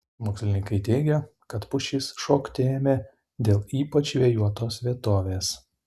mokslininkai teigia kad pušys šokti ėmė dėl ypač vėjuotos vietovės